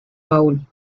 baúl